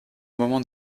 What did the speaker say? moment